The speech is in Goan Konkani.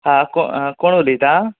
हां हां कोण उलयता